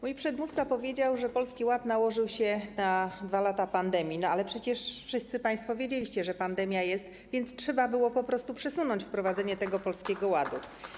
Mój przedmówca powiedział, że Polski Ład nałożył się na 2 lata pandemii, ale przecież wszyscy państwo wiedzieliście, że jest pandemia, więc trzeba było po prostu przesunąć wprowadzenie tego Polskiego Ładu.